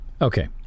okay